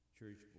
church